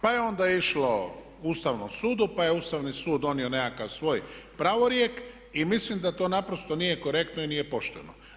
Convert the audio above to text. Pa je onda išlo Ustavnom sudu pa je Ustavni sud donio nekakav svoj pravorijek i mislim da to naprosto nije korektno i nije pošteno.